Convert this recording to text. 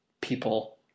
people